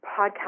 podcast